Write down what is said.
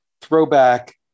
throwback